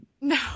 No